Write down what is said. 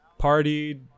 partied